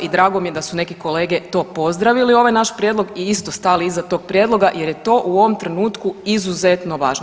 I drago mi je da su neki kolege to pozdravili ovaj naš prijedlog i isto stali iza tog prijedloga jer je to u ovom trenutku izuzetno važno.